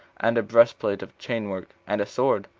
and a breastplate of chain-work, and a sword.